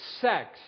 Sex